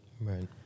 Right